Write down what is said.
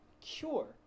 cure